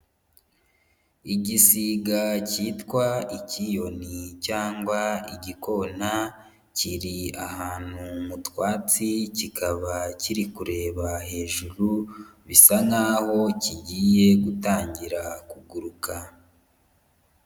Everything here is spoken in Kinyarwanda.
Igisiga cyitwa ikiyoni cyangwa igikona, kiri ahantu mu twatsi kikaba kiri kureba hejuru bisa nkaho kigiye gutangira kuguruka.